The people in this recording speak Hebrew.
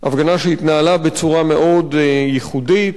הפגנה שהתנהלה בצורה מאוד ייחודית,